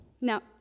Now